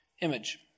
image